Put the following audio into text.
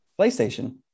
playstation